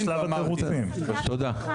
תודה.